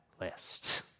list